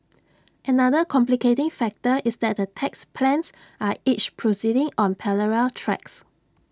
another complicating factor is that the tax plans are each proceeding on parallel tracks